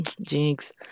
jinx